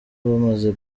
bamaze